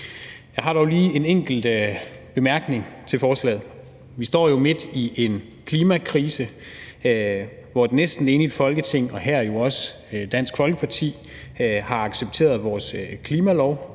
Jeg har dog lige en enkelt bemærkning til forslaget. Vi står jo midt i en klimakrise, hvor et næsten enigt Folketing, herunder Dansk Folkeparti, har accepteret vores klimalov